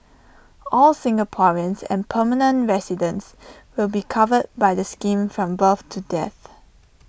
all Singaporeans and permanent residents will be covered by the scheme from birth to death